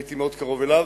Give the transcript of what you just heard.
שהייתי מאוד קרוב אליו,